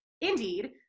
indeed